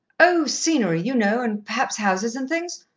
oh, scenery, you know, and perhaps houses and things.